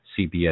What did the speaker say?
CBS